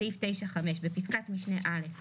בסעיף 9(5) (1)בפסקת משנה (א)